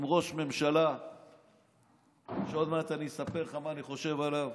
עם ראש ממשלה שעוד מעט אני אספר לך מה אני חושב עליו,